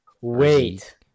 Wait